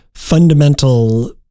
fundamental